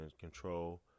control